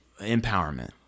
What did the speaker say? empowerment